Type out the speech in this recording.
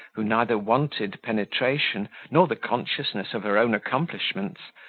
who neither wanted penetration nor the consciousness of her own accomplishments,